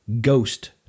ghost